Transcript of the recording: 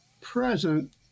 present